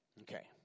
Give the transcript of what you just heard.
Okay